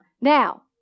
Now